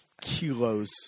Kilos